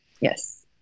Yes